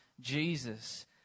Jesus